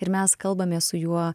ir mes kalbamės su juo